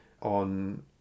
on